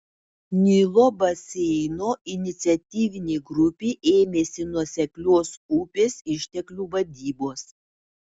nilo baseino iniciatyvinė grupė ėmėsi nuoseklios upės išteklių vadybos